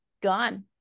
gone